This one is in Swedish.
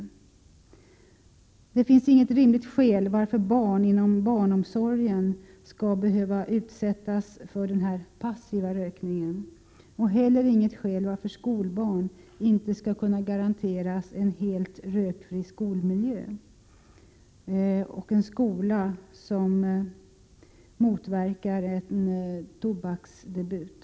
e Det finns inget rimligt skäl för att barn inom barnomsorgen skall behöva utsättas för passiv rökning och heller inget skäl för att skolbarn inte skall kunna garanteras en helt rökfri skolmiljö och en skola som motverkar en tobaksdebut.